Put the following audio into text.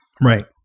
Right